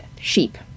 sheep